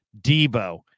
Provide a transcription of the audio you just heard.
Debo